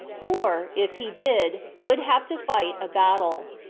or, if he did, would have to fight a battle.